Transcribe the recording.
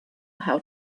how